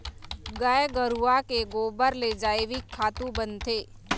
गाय गरूवा के गोबर ले जइविक खातू बनथे